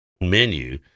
menu